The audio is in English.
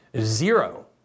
zero